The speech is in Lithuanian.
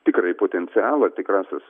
tikrąjį potencialą tikrąsias